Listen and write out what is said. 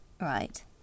Right